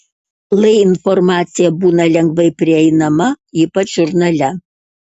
lai informacija būna lengvai prieinama ypač žurnale